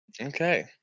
Okay